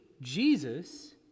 Jesus